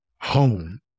home